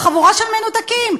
חבורה של מנותקים.